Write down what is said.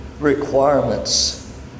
requirements